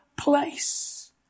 place